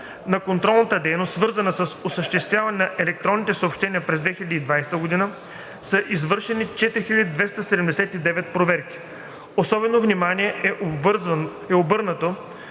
на контролната дейност, свързана с осъществяването на електронните съобщения през 2020 г., са извършени 4279 проверки. Особено внимание е обърнато